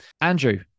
Andrew